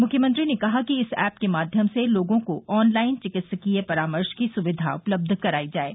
मुख्यमंत्री ने कहा कि इस ऐप के माध्यम से लोगों को ऑन लाइन चिकित्सकीय परामर्श की सुविधा उपलब्ध कराई जाये